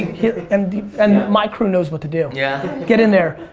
and and my crew knows what to do. yeah. get in there.